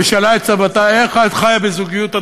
ושאלה את סבתה איך את חיה בזוגיות עד